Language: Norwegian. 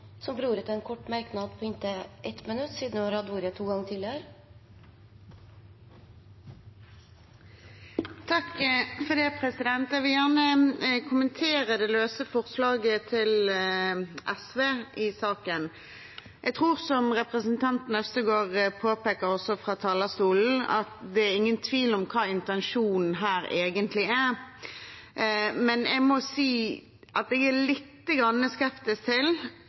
ordet to ganger tidligere og får ordet til en kort merknad, begrenset til 1 minutt. Jeg vil gjerne kommentere det løse forslaget fra SV i saken. Jeg tror – som representanten Øvstegård også påpeker fra talerstolen – at det ikke er noen tvil om hva intensjonen her egentlig er, men jeg må si at jeg er lite grann skeptisk